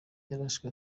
yarashwe